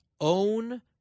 own